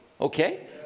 Okay